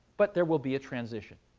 but there will be a transition.